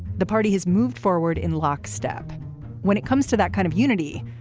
the party has moved forward in lockstep when it comes to that kind of unity.